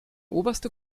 oberste